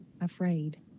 afraid